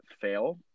fail